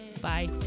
Bye